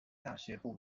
大学部